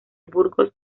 burgos